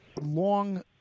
Long